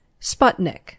Sputnik